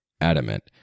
adamant